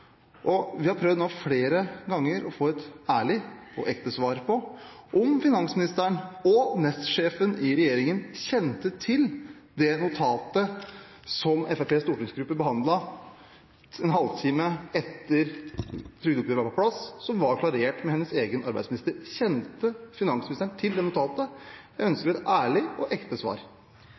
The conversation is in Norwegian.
og vi har prøvd nå flere ganger å få et ærlig og ekte svar på om finansministeren – og nestsjefen i regjeringen – kjente til det notatet som Fremskrittspartiets stortingsgruppe behandlet en halvtime etter at trygdeoppgjøret var på plass, som var klarert med hennes egen arbeidsminister. Kjente finansministeren til det notatet? Jeg ønsker et ærlig og ekte svar.